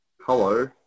Hello